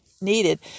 needed